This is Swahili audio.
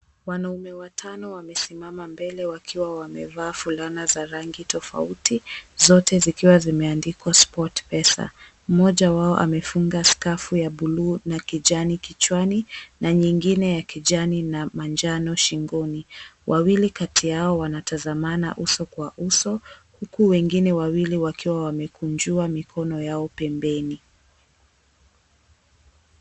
Wanaume watano wamesimama mbele, wakiwa wamevaa fulana za rangi tofauti, zote zikiwa zimeandikwa Sport Pesa. Mmoja wao amefunga skafu za buluu na kijani kichwani, na nyingine ya kijani na manjano shingoni. Wawili kati yao wanatazamana uso kwa uso, huku wengine wawili wakiwa wamekunja mikono yao pembeni.